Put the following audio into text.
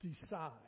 decide